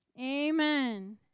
Amen